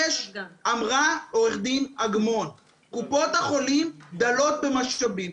אמרה עו"ד אגמון: קופות החולים דלות במשאבים.